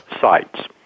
sites